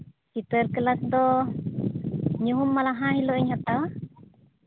ᱪᱤᱛᱟᱹᱨ ᱠᱞᱟᱥ ᱫᱚ ᱧᱩᱦᱩᱢ ᱢᱟᱦᱟ ᱦᱤᱞᱳᱜ ᱤᱧ ᱦᱟᱛᱟᱣᱟ